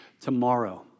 Tomorrow